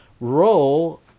Roll